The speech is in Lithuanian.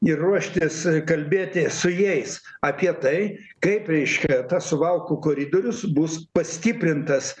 ir ruoštis kalbėti su jais apie tai kaip reiškia tas suvalkų koridorius bus pastiprintas